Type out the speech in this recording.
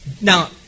Now